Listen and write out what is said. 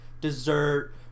dessert